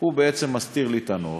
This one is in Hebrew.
בעצם מסתיר לי את הנוף,